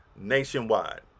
nationwide